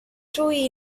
true